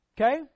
Okay